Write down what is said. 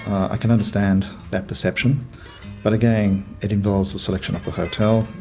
i can understand that perception but again it involves the selection of the hotel.